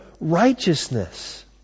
righteousness